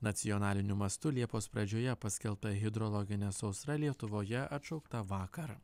nacionaliniu mastu liepos pradžioje paskelbta hidrologinė sausra lietuvoje atšaukta vakar